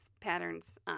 patterns